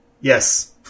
Yes